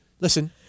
listen